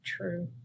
True